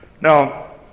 Now